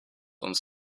uns